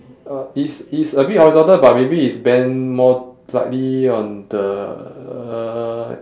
uh it's it's a bit horizontal but maybe it's bent more slightly on the uh